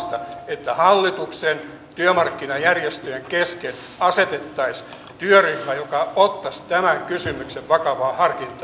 että hallituksen ja työmarkkinajärjestöjen kesken asetettaisiin työryhmä joka ottaisi tämän kysymyksen vakavaan harkintaan